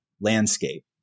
landscape